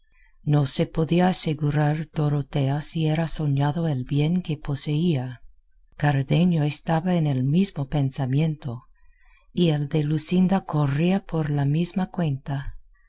no se podía asegurar dorotea si era soñado el bien que poseía cardenio estaba en el mismo pensamiento y el de luscinda corría por la misma cuenta